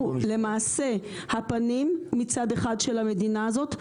למעשה הפנים מצד אחד של המדינה הזאת.